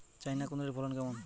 China কুঁদরীর ফলন কেমন?